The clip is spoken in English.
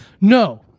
No